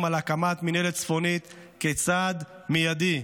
על הקמת מינהלת צפונית כצעד מיידי,